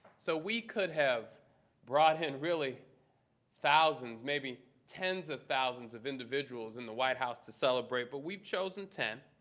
so we could have brought in really thousands, maybe tens of thousands of individuals in the white house to celebrate. but we've chosen ten.